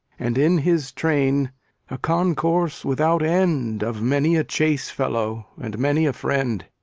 and in his train a concourse without end of many a chase-fellow and many a friend.